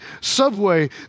subway